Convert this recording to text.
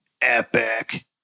epic